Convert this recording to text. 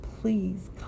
please